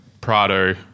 Prado